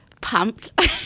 pumped